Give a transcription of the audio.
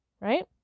Right